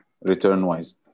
return-wise